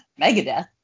Megadeth